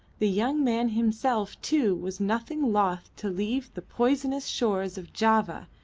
the young man himself too was nothing loth to leave the poisonous shores of java,